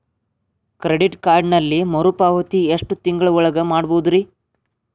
Credit ಕಾರ್ಡಿನಲ್ಲಿ ಮರುಪಾವತಿ ಎಷ್ಟು ತಿಂಗಳ ಒಳಗ ಮಾಡಬಹುದ್ರಿ?